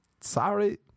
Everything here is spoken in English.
Sorry